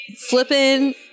flipping